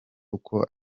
uko